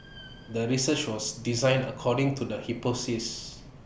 the research was designed according to the hypothesis